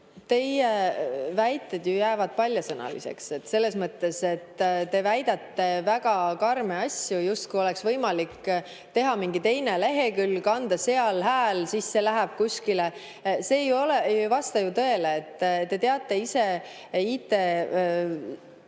Teie väited ju jäävad paljasõnaliseks. Selles mõttes, et te väidate väga karme asju, justkui oleks võimalik teha mingi teine lehekülg, anda seal hääl ja see läheb kuskile arvele. See ei vasta ju tõele. Te teate ise